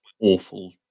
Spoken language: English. awful